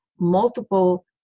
multiple